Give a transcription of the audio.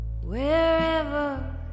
wherever